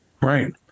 right